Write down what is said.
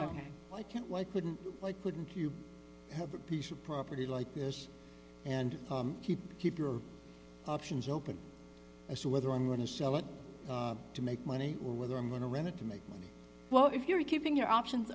why can't why couldn't couldn't you have a piece of property like this and keep keep your options open as to whether i'm going to sell it to make money or whether i'm going to rent it to make money well if you're keeping your options